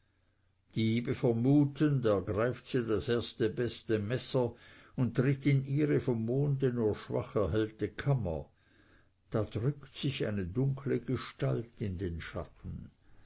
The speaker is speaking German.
diebe vermutend ergreift sie das erste beste messer und tritt in ihre vom monde nur schwach erhellte kammer da drückt sich eine dunkle gestalt in den schatten